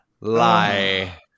lie